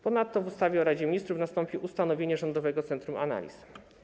Ponadto w ustawie o Radzie Ministrów nastąpi ustanowienie Rządowego Centrum Analiz.